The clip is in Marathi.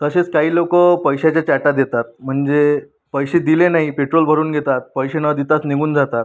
तसेच काही लोकं पैशाच्या चाटा देतात म्हणजे पैसे दिले नाही पेट्रोल भरून घेतात पैसे न देताच निघून जातात